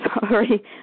Sorry